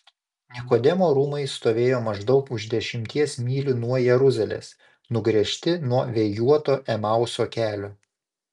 nikodemo rūmai stovėjo maždaug už dešimties mylių nuo jeruzalės nugręžti nuo vėjuoto emauso kelio